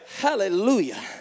hallelujah